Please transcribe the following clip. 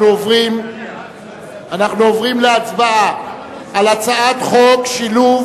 אנחנו עוברים להצבעה על הצעת חוק שילוב